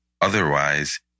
Otherwise